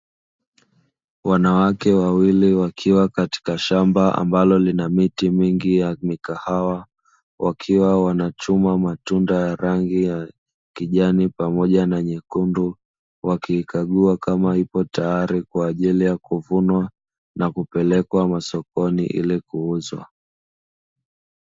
Wanawake wawili wakiwa katika shamba ambalo lina miti mingi ya mikahawa, wakiwa wanachuma matunda ya rangi ya kijani pamoja na nyekundu, wakiikagua kama ipo tayari kwa ajili ya kuvunwa na kupelekwa masokoni ili kuuzwa.